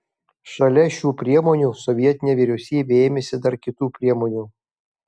šalia šių priemonių sovietinė vyriausybė ėmėsi dar kitų priemonių